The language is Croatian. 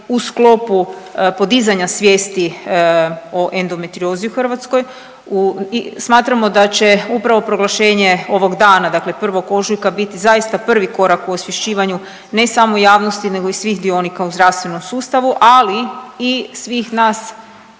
u sklopu podizanja svijesti o endometriozi u Hrvatskoj. Smatramo da će upravo proglašenje ovog dana, dakle 1. ožujka biti zaista prvi korak u osvješćivanju, ne samo javnosti nego i svih dionika u zdravstvenom sustavu, ali i svih nas